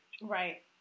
right